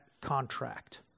contract